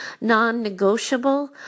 non-negotiable